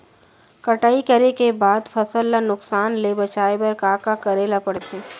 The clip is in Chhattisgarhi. कटाई करे के बाद फसल ल नुकसान ले बचाये बर का का करे ल पड़थे?